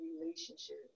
relationship